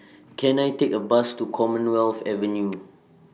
Can I Take A Bus to Commonwealth Avenue